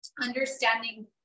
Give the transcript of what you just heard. understanding